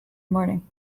morning